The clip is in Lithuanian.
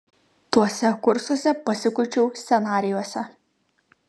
tuose kursuose pasikuičiau scenarijuose